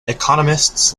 economists